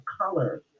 color